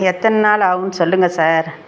எத்தனை நாள் ஆகுன்னு சொல்லுங்கள் சார்